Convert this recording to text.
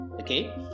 Okay